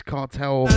Cartel